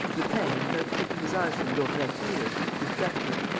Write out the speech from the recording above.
lupin, without taking his eyes from daubrecq either, reflected.